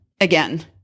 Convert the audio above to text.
again